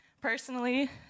personally